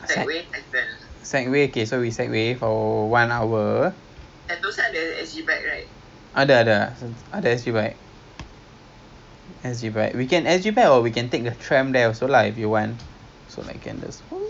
ten token for one ride so kalau you nak we can do err one B_R which is like five minutes confirm tak cukup tapi okay lah one one of B_R ride and the other one is err the mega bounce mega zip so ten plus ten